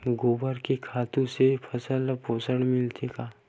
गोबर के खातु से फसल ल पोषण मिलथे का?